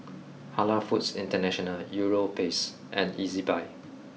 Halal Foods International Europace and Ezbuy